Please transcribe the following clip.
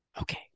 Okay